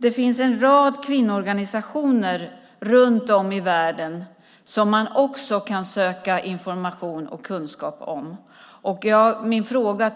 Det finns en rad kvinnoorganisationer runt om i världen som man också kan söka information och kunskap hos. Min fråga